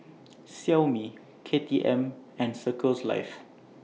Xiaomi K T M and Circles Life